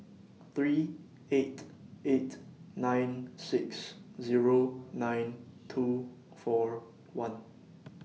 three eight eight nine six Zero nine two four one